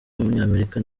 w’umunyamerika